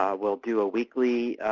um we'll do a weekly